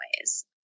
ways